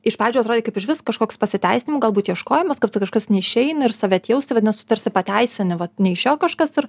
iš pradžių atrodė kaip iš vis kažkoks pasiteisinimų galbūt ieškojimas kad kažkas neišeina ir save atjausti vadinasi tu tarsi pateisini vat neišėjo kažkas ir